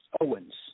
Owens